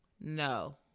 No